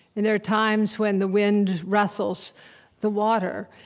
and there are times when the wind rustles the water,